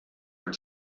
when